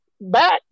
back